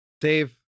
Dave